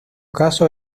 caso